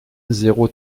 zéro